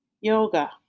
yoga